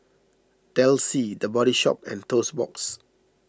Delsey the Body Shop and Toast Box